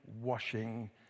washing